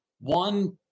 One